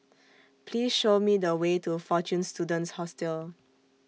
Please Show Me The Way to Fortune Students Hostel